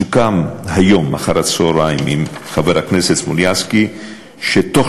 סוכם היום אחר-הצהריים עם חבר הכנסת סלומינסקי שבתוך